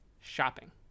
shopping